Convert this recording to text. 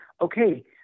okay